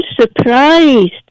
surprised